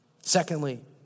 Secondly